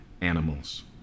animals